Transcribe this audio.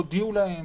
הודיעו להם?